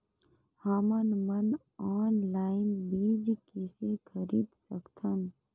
हमन मन ऑनलाइन बीज किसे खरीद सकथन?